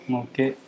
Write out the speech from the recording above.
okay